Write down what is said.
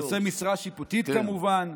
נושאי משרה שיפוטית כמובן,